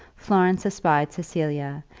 florence espied cecilia,